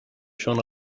schon